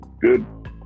good